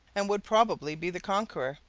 and would probably be the conqueror.